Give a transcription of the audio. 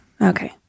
Okay